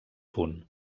punt